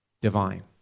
divine